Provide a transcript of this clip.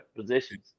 positions